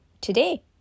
today